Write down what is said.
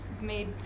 made